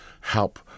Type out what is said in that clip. help